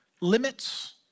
limits